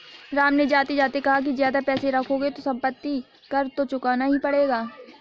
राम ने जाते जाते कहा कि ज्यादा पैसे रखोगे तो सम्पत्ति कर तो चुकाना ही पड़ेगा